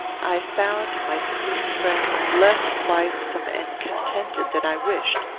i found my sweet friend less blithesome and contented than i wished.